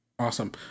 Awesome